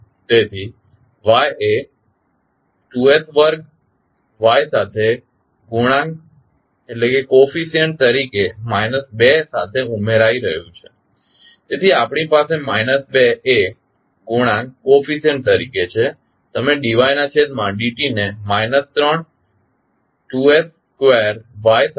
તેથી y એ 2s વર્ગ y સાથે ગુણાંક તરીકે માઇનસ 2 સાથે ઉમેરાઇ રહ્યું છે તેથી આપણી પાસે માઇનસ 2 એ ગુણાંક તરીકે છે તમે dy ના છેદમા dt ને માઇનસ 3 2s વર્ગ y સાથે ગુણાકાર કરો છો